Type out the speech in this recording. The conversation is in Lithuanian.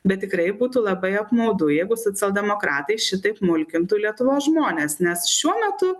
bet tikrai būtų labai apmaudu jeigu socialdemokratai šitaip mulkintų lietuvos žmones nes šiuo metu